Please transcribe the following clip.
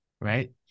right